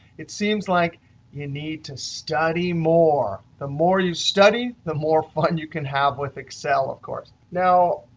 it seems like you need to study more. the more you study, the more fun you can have with excel, of course. now,